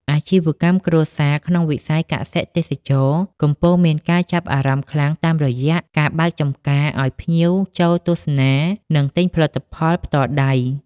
អាជីវកម្មគ្រួសារក្នុងវិស័យកសិ-ទេសចរណ៍ កំពុងមានការចាប់អារម្មណ៍ខ្លាំងតាមរយៈការបើកចម្ការឱ្យភ្ញៀវចូលទស្សនា និងទិញផលិតផលផ្ទាល់ដៃ។